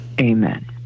amen